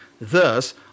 Thus